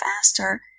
faster